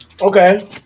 Okay